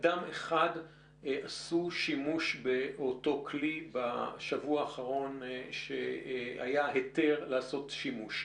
אדם אחד עשו שימוש באותו כלי בשבוע האחרון שהיה היתר לעשות שימוש.